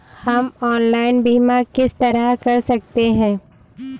हम ऑनलाइन बीमा किस तरह कर सकते हैं?